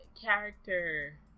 character